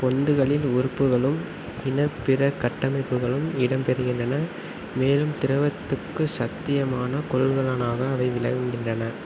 பொந்துகளில் உறுப்புகளும் இன்னபிற கட்டமைப்புகளும் இடம்பெறுகின்றன மேலும் திரவத்துக்கு சத்தியமான கொள்கலனாக அவை விளங்குகின்றன